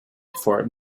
for